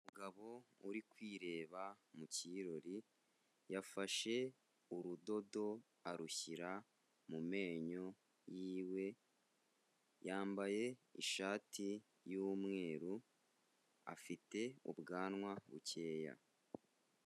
Umugabo uri kwireba mu kirori, yafashe urudodo arushyira mu menyo y'iwe, yambaye ishati y'umweru, afite ubwanwa bukeya.